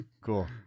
Cool